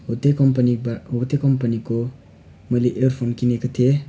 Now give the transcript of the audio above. हो त्यही कम्पनीबाट हो त्यही कम्पनीको मैले इयरफोन किनेको थिएँ